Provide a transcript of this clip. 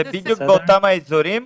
זה בדיוק באותם האזורים?